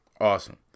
Awesome